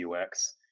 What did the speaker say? UX